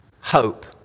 hope